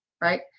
Right